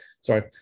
Sorry